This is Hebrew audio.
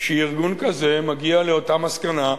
שארגון כזה מגיע לאותה מסקנה,